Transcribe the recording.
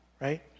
Right